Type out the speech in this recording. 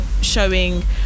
showing